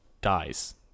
dies